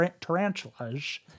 tarantulas